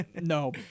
no